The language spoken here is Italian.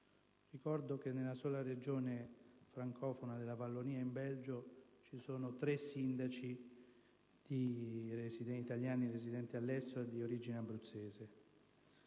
Ricordo che nella sola regione francofona della Vallonia, in Belgio, ci sono tre sindaci, italiani residenti all'estero, di origine abruzzese.